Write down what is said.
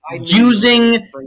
using